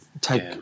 take